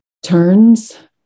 Turns